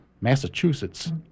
Massachusetts